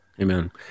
Amen